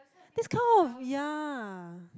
this kind of ya